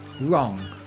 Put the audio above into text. wrong